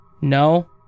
No